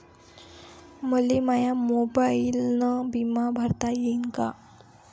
मले माया मोबाईलनं बिमा भरता येईन का?